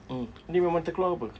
mm ini memang terkeluar atau apa